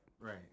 Right